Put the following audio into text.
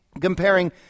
comparing